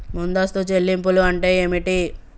ముందస్తు చెల్లింపులు అంటే ఏమిటి?